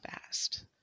fast